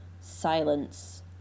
silence